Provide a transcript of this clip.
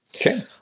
Okay